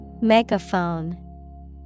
Megaphone